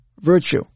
virtue